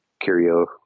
curio